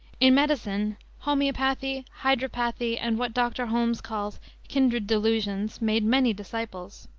in medicine, homeopathy, hydropathy, and what dr. holmes calls kindred delusions, made many disciples.